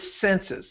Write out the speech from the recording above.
senses